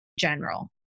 general